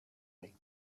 late